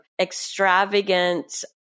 extravagant